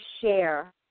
share